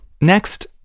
Next